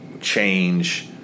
change